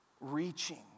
Reaching